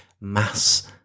mass